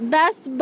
best